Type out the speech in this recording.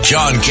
John